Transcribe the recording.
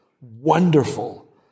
wonderful